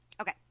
Okay